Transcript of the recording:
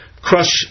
crush